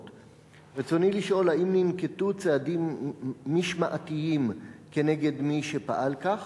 רצוני לשאול: 1. האם ננקטו צעדים משמעתיים כנגד מי שפעל כך?